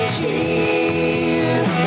Cheers